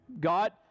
God